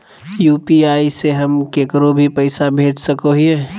UPI से हम केकरो भी पैसा भेज सको हियै?